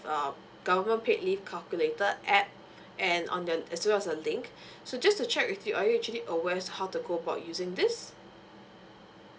uh government paid leave calculator app and on the as well as the link so just to check with you are you actually aware as to how to go about using this